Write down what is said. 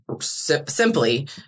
simply